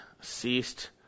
ceased